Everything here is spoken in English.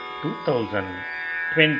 2020